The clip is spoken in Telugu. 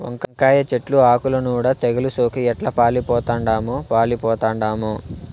వంకాయ చెట్లు ఆకుల నూడ తెగలు సోకి ఎట్లా పాలిపోతండామో